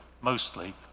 mostly